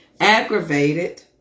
Aggravated